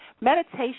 Meditation